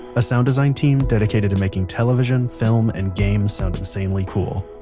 a sound design team dedicated to making television, film, and games sound insanely cool.